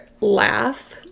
laugh